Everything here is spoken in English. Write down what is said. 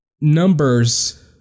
numbers